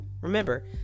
Remember